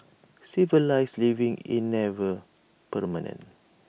civilised living in never